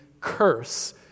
curse